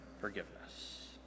forgiveness